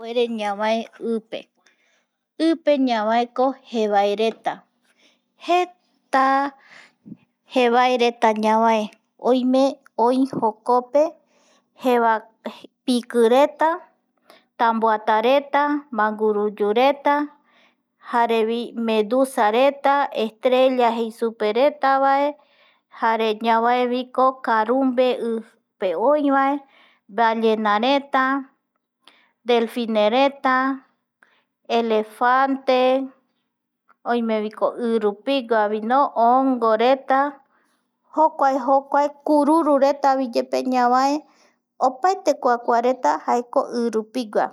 Ipuere ñavae ipe, ipe ñavaeko jevaereta, jeeta jevaereta ñavae i oi jokope, jeva, pikireta, tamboatareta, manguruyureta, jarevi medusareta jarevi, estrella jei supereta vae, jare ñavaeviko karumbe i pe oi vae ballena reta, delfinereta, elefante oimeviko irupigua hongoreta, jokua, jokua, kurururetaviyepe, ñavae opaete kua kuareta jaeko i rupigua